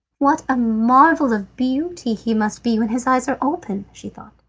what a marvel of beauty he must be when his eyes are open! she thought.